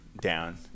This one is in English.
down